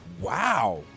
wow